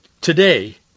today